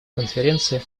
конференции